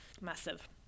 massive